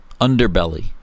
underbelly